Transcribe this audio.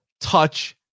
touch